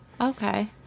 Okay